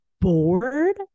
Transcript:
bored